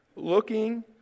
Looking